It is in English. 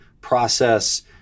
process